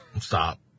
Stop